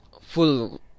full